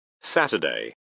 Saturday